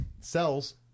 Cells